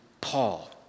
Paul